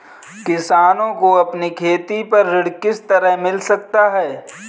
किसानों को अपनी खेती पर ऋण किस तरह मिल सकता है?